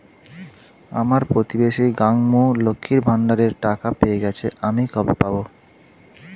আমার প্রতিবেশী গাঙ্মু, লক্ষ্মীর ভান্ডারের টাকা পেয়ে গেছে, আমি কবে পাব?